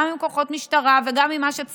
גם עם כוחות משטרה וגם עם שצריך,